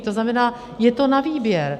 To znamená, je to na výběr.